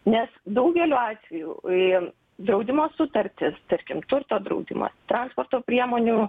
nes daugeliu atvejų draudimo sutartys tarkim turto draudimas transporto priemonių